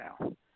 now